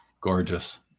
gorgeous